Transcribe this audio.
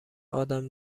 آدم